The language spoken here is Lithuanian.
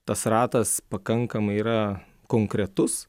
tas ratas pakankamai yra konkretus